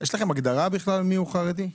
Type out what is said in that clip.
יש לכם הגדרה בכלל מיהו חרדי?